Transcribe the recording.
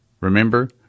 remember